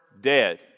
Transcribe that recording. dead